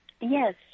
Yes